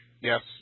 Yes